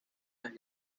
las